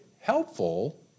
helpful